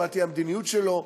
מה תהיה המדיניות שלו,